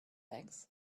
bags